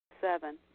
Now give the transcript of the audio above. Seven